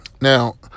Now